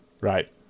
Right